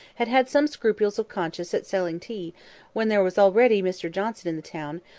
had had some scruples of conscience at selling tea when there was already mr johnson in the town,